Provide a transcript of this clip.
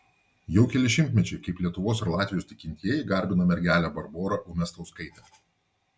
jau keli šimtmečiai kaip lietuvos ir latvijos tikintieji garbina mergelę barborą umiastauskaitę